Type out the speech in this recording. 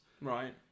right